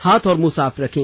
हाथ और मुंह साफ रखें